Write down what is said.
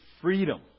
freedom